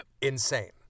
insane